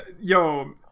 Yo